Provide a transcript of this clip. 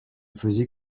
faisait